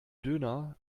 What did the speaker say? döner